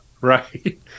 right